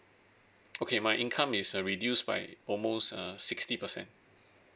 okay my income is uh reduced by almost ah sixty percent